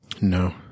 No